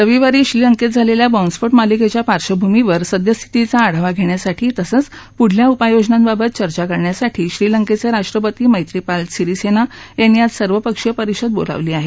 रविवारी श्रीलंकेत झालेल्या बॉम्बस्फोट मालिकेच्या पार्क्षभूमीवर सद्यस्थितीचा आढावा घेण्यासाठी तसंच पुढच्या उपाययोजनांबाबत चर्चा करण्यासाठी श्रीलंकेचे राष्ट्रपती मैत्रिपाल सिरिसेना यांनी आज सर्वपक्षीय परिषद बोलावली आहे